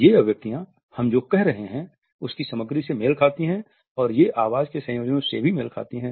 ये अभिव्यक्तियाँ हम जो कह रहे हैं उसकी सामग्री से मेल खाती हैं और ये आवाज़ के संयोजनों से भी मेल खाती हैं